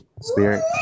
spirit